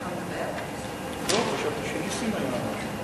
בבקשה, כבוד